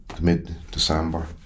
mid-December